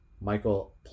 Michael